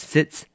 Sits